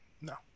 No